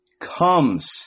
comes